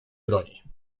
broni